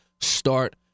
start